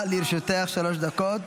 בבקשה, לרשותך שלוש דקות.